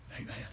Amen